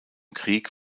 krieg